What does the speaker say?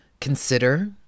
consider